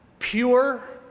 pure,